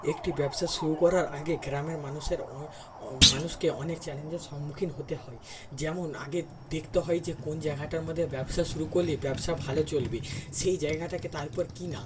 একটি ব্যবসা শুরু করার আগে গ্রামের মানুষের অঅ মানুষকে অনেক চ্যালেঞ্জের সন্মুখীন হতে হয় যেমন আগে দেখতে হয় যে কোন জায়গাটার মধ্যে ব্যবসা শুরু করলে ব্যবসা ভালো চলবে সেই জায়গাটাকে তারপর কেনা